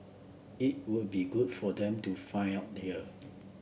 it would be good for them to find out here